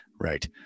right